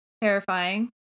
terrifying